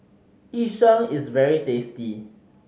Yu Sheng is very tasty